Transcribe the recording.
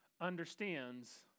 understands